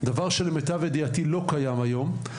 דבר שלמיטב ידיעתי לא קיים היום.